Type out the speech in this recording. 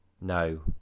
no